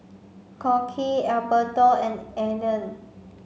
Crockett Alberto and Alleen